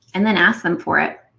and then ask them for it.